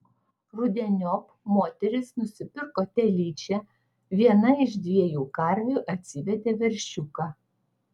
rudeniop moteris nusipirko telyčią viena iš dviejų karvių atsivedė veršiuką